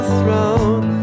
throne